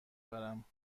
برم